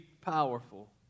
powerful